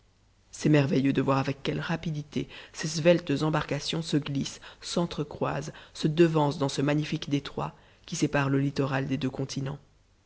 c'est merveilleux de voir avec quelle rapidité ces sveltes embarcations se glissent s'entrecroisent se devancent dans ce magnifique détroit qui sépare le littoral des deux continents